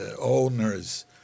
owners